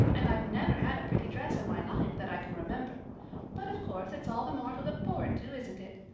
and i've never had a pretty dress in my life that i can remember but of course it's all the more to look forward to, isn't it?